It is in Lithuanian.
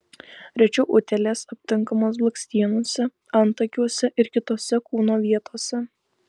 rečiau utėlės aptinkamos blakstienose antakiuose ir kitose kūno vietose